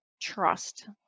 trust